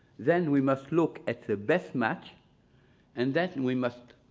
then we must look at the best match and then we must